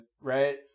right